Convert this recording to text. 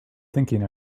thinking